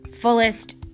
fullest